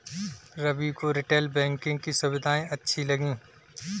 रवि को retail banking की सुविधाएं अच्छी लगी